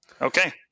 Okay